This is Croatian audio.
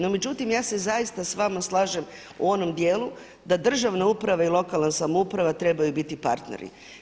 No, međutim ja se zaista s vama slažem u onom djelu da državne uprave i lokalna samouprava trebaju biti partneri.